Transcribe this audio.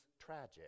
tragic